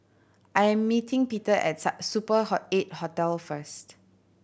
I am meeting Peter at a Super Eight Hotel first